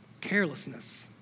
Carelessness